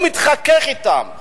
הוא מתחכך אתם.